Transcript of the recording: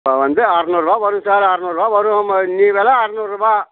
இப்போ வந்து அறநூறுபா வரும் சார் அறநூறுபா வரும் ம இன்றைய வில அறநூறுபா